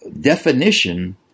definition